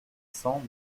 cents